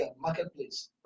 Marketplace